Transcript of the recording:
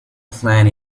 plan